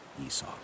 Esau